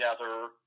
together